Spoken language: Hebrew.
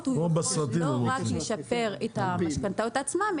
יכול לא רק לשפר את המשכנתאות עצמן,